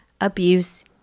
abuse